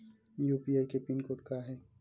UPI के pin code का हे?